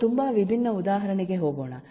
ನಾವು ತುಂಬಾ ವಿಭಿನ್ನ ಉದಾಹರಣೆಗೆ ಹೋಗೋಣ